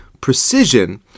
precision